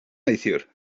neithiwr